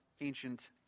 ancient